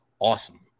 awesome